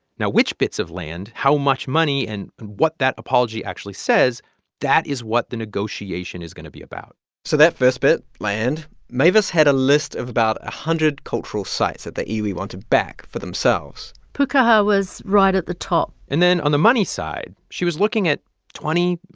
now, which bits of land, how much money and what that apology actually says that is what the negotiation is going to be about so that first bit, land mavis had a list of about a hundred cultural sites that the iwi wanted back for themselves pukaha was right at the top and then on the money side, she was looking at twenty,